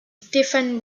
stéphane